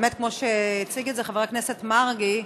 כמו שהציג את זה חבר הכנסת מרגי,